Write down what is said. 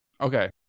Okay